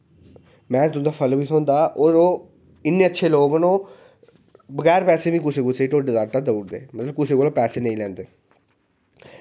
मैह्नत दा भी फल बी थ्होंदा भी ओह् इन्ने अच्छे लोग न ओह् बगैर पैसे बी कुसै कुसै ई ढोडें दा आटा देई ओड़दे नेईं ओह् कुसै कोला पैसे लेई लैंदे